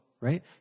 right